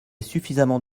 suffisamment